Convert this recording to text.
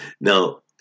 now